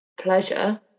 pleasure